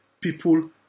People